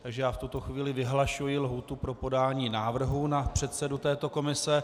Takže já v tuto chvíli vyhlašuji lhůtu pro podání návrhu na předsedu této komise.